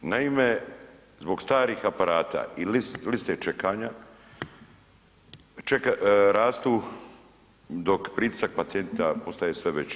Naime, zbog starih aparata i liste čekanja rastu dok pritisak pacijenta postaje sve veći.